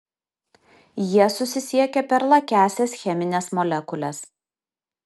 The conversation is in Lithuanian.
jie susisiekia per lakiąsias chemines molekules